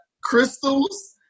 crystals